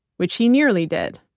which he nearly did.